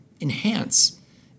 enhance